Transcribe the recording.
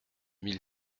mille